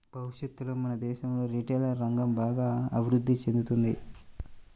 భవిష్యత్తులో మన దేశంలో రిటైల్ రంగం బాగా అభిరుద్ధి చెందుతుంది